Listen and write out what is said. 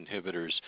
inhibitors